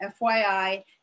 FYI